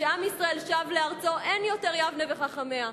כשעם ישראל שב לארצו אין יותר יבנה וחכמיה.